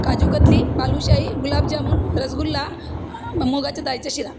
काजूकतली बालुशाही गुलाबजामून रसगुल्ला मुगाच्या डाळीचा शिरा